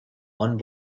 one